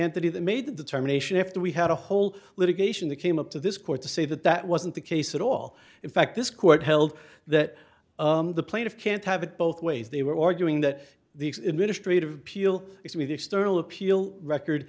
entity that made the determination after we had a whole litigation that came up to this court to say that that wasn't the case at all in fact this court held that the plaintiff can't have it both ways they were arguing that the administrative peel is with external appeal record